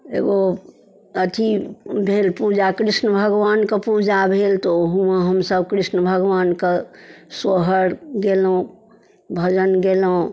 एगो अथी भेल पूजा कृष्ण भगवानके पूजा भेल तऽ ओहोमे हमसब कृष्ण भगवानके सोहर गेलहुँ भजन गेलहुँ